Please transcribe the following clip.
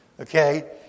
Okay